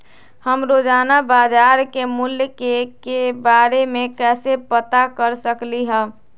हम रोजाना बाजार के मूल्य के के बारे में कैसे पता कर सकली ह?